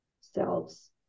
selves